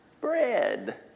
Bread